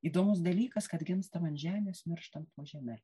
įdomus dalykas kad gimstam ant žemės mirštant po žeme